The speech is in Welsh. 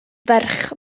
ferch